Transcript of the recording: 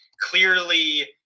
clearly